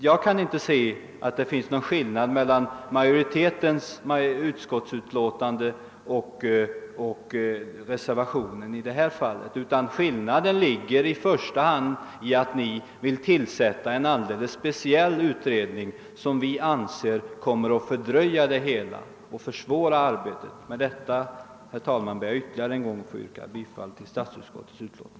Jag kan inte finna att det är någon skillnad i utskottsmajoritetens och reservanternas skrivning i det avseendet, utan skillnaden ligger bara däri att reservanterna vill tillsätta en speciell utredning, som vi inom utskottsmajoriteten anser bara skulle fördröja hela frågan och försvåra arbetet. Herr talman! Jag ber än en gång att få yrka bifall till utskottets hemställan.